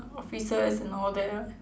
offices and all that